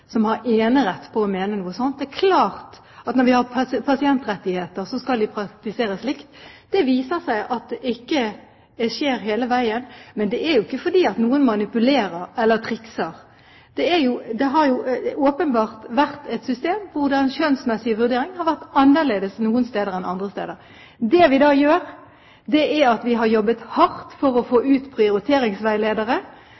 som har enerett på å mene noe slikt. Det er klart at når vi har pasientrettigheter, skal de praktiseres likt. Det viser seg at det ikke skjer hele veien, men det er ikke fordi noen manipulerer eller trikser. Det har åpenbart vært et system hvor den skjønnsmessige vurdering har vært annerledes noen steder enn andre steder. Det vi da har gjort, er at vi har jobbet hardt for å